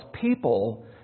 people